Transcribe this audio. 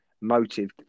motive